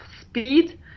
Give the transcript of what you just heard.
speed